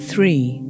three